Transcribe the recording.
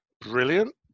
Brilliant